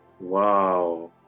wow